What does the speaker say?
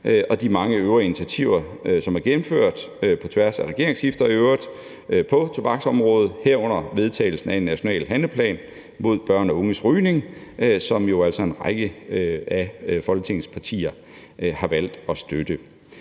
og de mange øvrige initiativer, som er gennemført på tobaksområdet, i øvrigt på tværs af regeringsskifter, herunder vedtagelsen af en national handleplan mod børns og unges rygning, som en række af Folketingets partier jo altså har valgt at støtte.